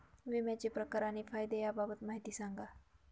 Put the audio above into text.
विम्याचे प्रकार आणि फायदे याबाबत माहिती सांगा